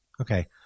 Okay